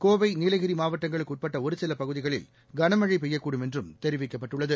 கோவை நீலகிரி மாவட்டங்களுக்கு உட்பட்ட ஒருசில பகுதிகளில் கனமழை பெய்யக்கூடும் என்றும் தெரிவிக்கப்பட்டுள்ளது